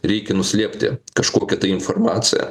reikia nuslėpti kažkokią informaciją